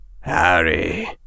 Harry